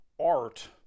Art